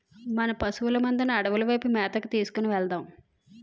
మన పశువుల మందను అడవుల వైపు మేతకు తీసుకు వెలదాం